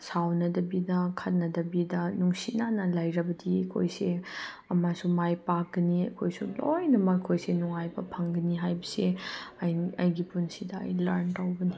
ꯁꯥꯎꯅꯗꯕꯤꯗ ꯈꯠꯅꯗꯕꯤꯗ ꯅꯨꯡꯁꯤꯅꯅ ꯂꯩꯔꯕꯗꯤ ꯑꯩꯈꯣꯏꯁꯦ ꯑꯃꯁꯨ ꯃꯥꯏ ꯄꯥꯛꯀꯅꯤ ꯑꯩꯈꯣꯏꯁꯨ ꯂꯣꯏꯅꯃꯛ ꯑꯩꯈꯣꯏꯁꯦ ꯅꯨꯡꯉꯥꯏꯕ ꯐꯪꯒꯅꯤ ꯍꯥꯏꯕꯁꯦ ꯑꯩ ꯑꯩꯒꯤ ꯄꯨꯟꯁꯤꯗ ꯑꯩ ꯂꯔꯟ ꯇꯧꯕꯅꯤ